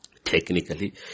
technically